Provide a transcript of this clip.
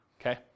okay